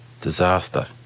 disaster